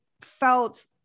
felt